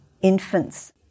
infants